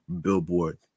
billboard